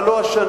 אבל לא השנה.